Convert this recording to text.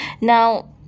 now